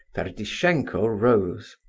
ferdishenko rose.